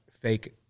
fake